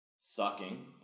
sucking